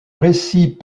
récit